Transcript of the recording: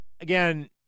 Again